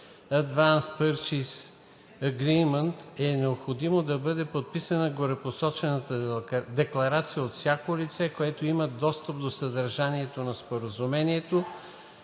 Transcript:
(Advance Purchase Agreement), е необходимо да бъде подписана горепосочената декларация от всяко лице, което има достъп до съдържанието на споразуменията,